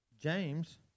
James